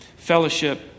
fellowship